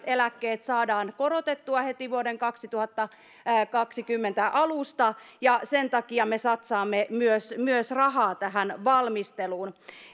eläkkeet saadaan korotettua heti vuoden kaksituhattakaksikymmentä alusta ja sen takia me satsaamme myös myös rahaa tähän valmisteluun